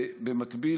במקביל,